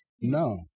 No